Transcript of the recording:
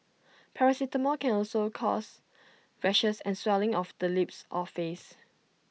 paracetamol can also cause rashes and swelling of the lips or face